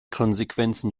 konsequenzen